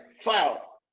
file